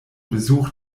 besuch